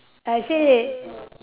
like I say